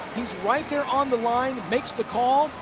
he's right there on the line. makes the call.